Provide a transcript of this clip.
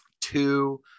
two